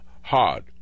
hard